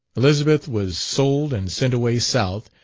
elizabeth was sold and sent away south,